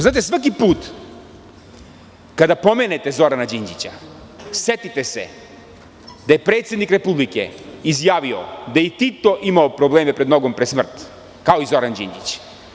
Znate svaki put kada pomenete Zorana Đinđića setite se da je predsednik Republike izjavio da je i Tito imao probleme sa nogom pred smrt kao i Zoran Đinđić.